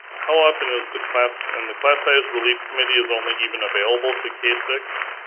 how often is the class, and the class size relief committee is only even available to k six?